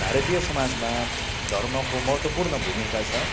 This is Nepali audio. भारतीय समाजमा धर्मको महत्त्वपूर्ण भूमिका छ